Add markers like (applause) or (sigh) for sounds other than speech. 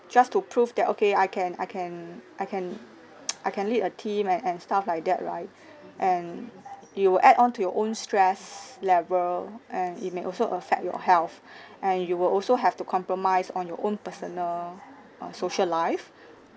just to prove that okay I can I can I can (noise) I can lead a team and and stuff like that right and you will add on to your own stress level and it may also affect your health and you will also have to compromise on your own personal uh social life